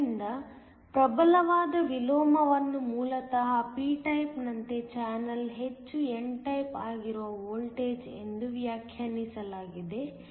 ಆದ್ದರಿಂದ ಪ್ರಬಲವಾದ ವಿಲೋಮವನ್ನು ಮೂಲತಃ p ಟೈಪ್ನಂತೆ ಚಾನಲ್ ಹೆಚ್ಚು n ಟೈಪ್ ಆಗಿರುವ ವೋಲ್ಟೇಜ್ ಎಂದು ವ್ಯಾಖ್ಯಾನಿಸಲಾಗಿದೆ